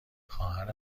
خواهر